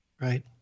Right